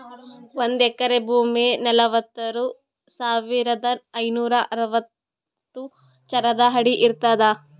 ಒಂದ್ ಎಕರಿ ಭೂಮಿ ನಲವತ್ಮೂರು ಸಾವಿರದ ಐನೂರ ಅರವತ್ತು ಚದರ ಅಡಿ ಇರ್ತದ